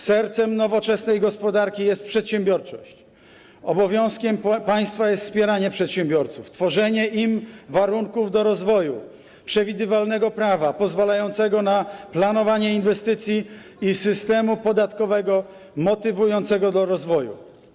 Sercem nowoczesnej gospodarki jest przedsiębiorczość, obowiązkiem państwa jest wspieranie przedsiębiorców, tworzenie im warunków do rozwoju, przewidywalnego prawa pozwalającego na planowanie inwestycji i systemu podatkowego motywującego do rozwoju.